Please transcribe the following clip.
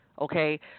okay